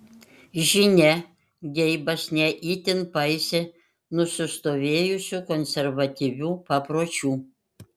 žinia geibas ne itin paisė nusistovėjusių konservatyvių papročių